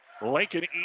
Lincoln